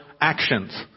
actions